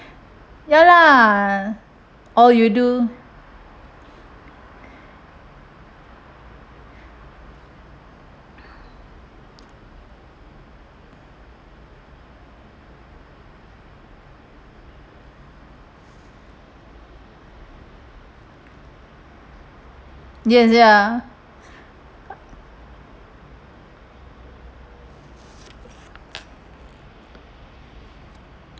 ya lah all you do yes ya